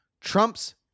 Trump's